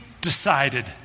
decided